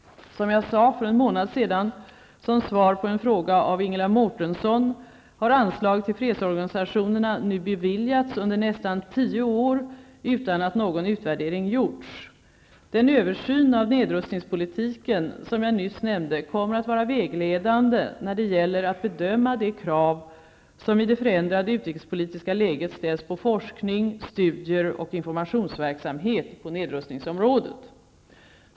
Som jag sade för en månad sedan som svar på en fråga av Ingela Mårtensson har anslag till fredsorganisationerna nu beviljats under nästan tio år utan att någon utvärdering gjorts. Den översyn av nedrustningspolitiken som jag nyss nämnde kommer att vara vägledande när det gäller att bedöma de krav som i det förändrade utrikespolitiska läget ställs på forskning, studier och informationsverksamhet på nedrustningsområdet.